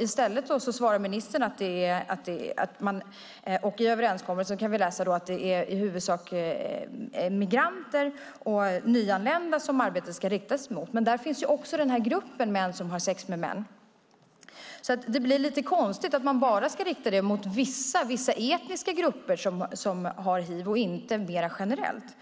I stället svarar ministern och i överenskommelsen kan vi läsa att det i huvudsak är migranter och nyanlända som arbetet ska riktas mot. Men där finns också gruppen män som har sex med män. Det blir lite konstigt att man bara ska rikta sig mot vissa etniska grupper som har hiv och inte mer generellt.